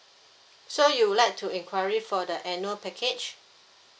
so you would like to inquiry for the annual package